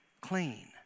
clean